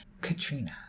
Katrina